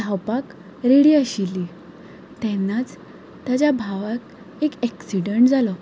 धांवपाक रेडी आशिल्ली तेन्नाच ताच्या भावाक एक एक्सिडेंट जालो